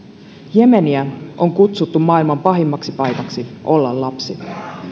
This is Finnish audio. jemeniä on kutsuttu maailman pahimmaksi paikaksi olla lapsi